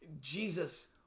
Jesus